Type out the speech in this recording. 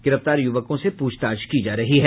गिरफ्तार युवकों से पूछताछ की जा रही है